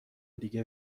دیگه